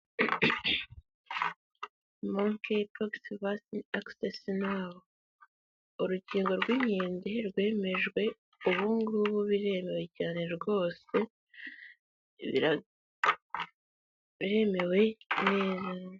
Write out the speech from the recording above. Mankey Pox Vaccine Access now, urukingo rw'inkende rwemejwe, ubu ngubu biremewe cyane rwose, biremewe neza.